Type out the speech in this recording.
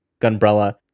gunbrella